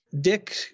Dick